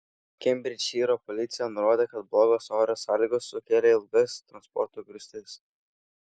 kembridžšyro policija nurodė kad blogos oro sąlygos sukėlė ilgas transporto grūstis